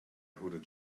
hooded